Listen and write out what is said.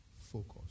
focus